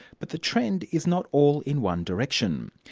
but the trend is not all in one direction.